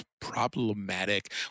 problematic